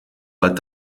pas